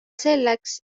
selleks